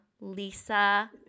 Lisa